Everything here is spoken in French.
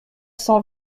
cent